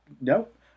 Nope